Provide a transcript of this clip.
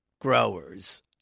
growers